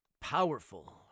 powerful